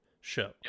show